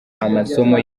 amasomo